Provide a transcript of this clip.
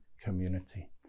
community